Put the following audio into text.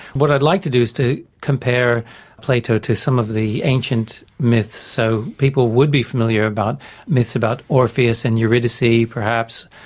what i'd like to do is to compare plato to some of the ancient myths, so people would be familiar about myths about orpheus and eurydice, perhaps,